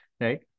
right